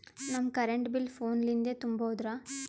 ನಮ್ current bill ಫೋನ ಲಿಂದೇ ತುಂಬೌದ್ರಾ?